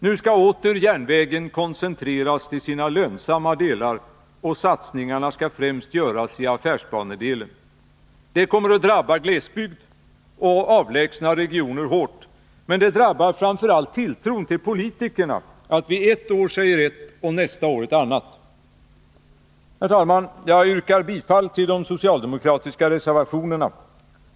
Nu skall åter järnvägen koncentreras till sina lönsamma delar, och satsningarna skall främst göras i affärsbanedelen. Det kommer att drabba glesbygd och avlägsna regioner hårt. Men det drabbar framför allt tilltron till politikerna, att vi ett år säger ett och nästa år ett annat. Fru talman! Jag yrkar bifall till de socialdemokratiska reservationerna.